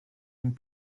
une